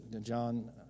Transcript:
John